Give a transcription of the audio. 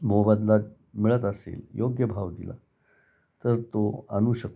मोबदला मिळत असेल योग्य भाव दिला तर तो आणू शकतो